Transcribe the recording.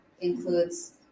includes